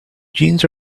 jeans